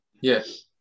Yes